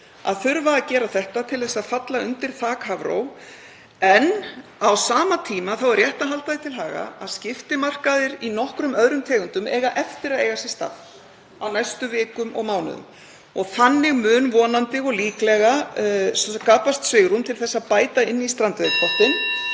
að þurfa að gera þetta til að falla undir þak Hafró en á sama tíma er rétt að halda því til haga að skiptimarkaðir í nokkrum öðrum tegundum eiga eftir að eiga sér stað á næstu vikum og mánuðum og þannig mun vonandi og líklega skapast svigrúm til að bæta inn í strandveiðipottinn